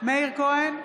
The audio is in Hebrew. מאיר כהן,